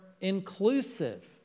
inclusive